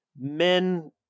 men